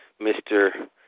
Mr